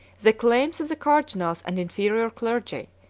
the claims of the cardinals and inferior clergy,